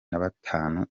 nabatanu